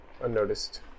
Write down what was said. Unnoticed